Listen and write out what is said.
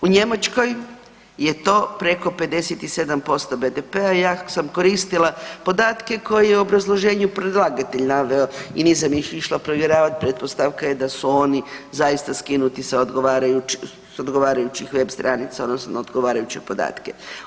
U Njemačkoj je to preko 57% BDP-a, ja sam koristila podatke koje je u obrazloženju predlagatelj naveo i nisam ih išla provjeravat, pretpostavka je da su oni zaista skinuti sa odgovarajućih web stranica, odnosno odgovarajuće podatke.